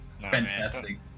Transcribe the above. Fantastic